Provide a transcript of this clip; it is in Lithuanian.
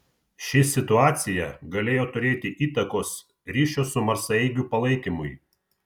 ši situacija galėjo turėti įtakos ryšio su marsaeigiu palaikymui